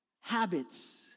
habits